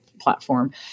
platform